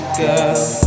girl